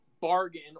bargain